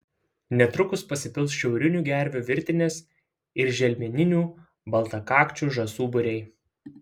netrukus pasipils šiaurinių gervių virtinės ir želmeninių baltakakčių žąsų būriai